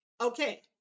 Okay